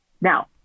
Now